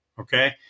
Okay